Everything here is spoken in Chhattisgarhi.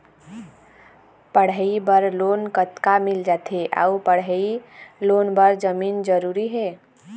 पढ़ई बर लोन कतका मिल जाथे अऊ पढ़ई लोन बर जमीन जरूरी हे?